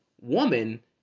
woman